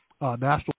National